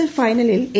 L ഫൈനലിൽ A